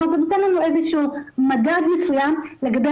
כלומר זה נותן לנו איזה שהוא מדד מסוים לגבי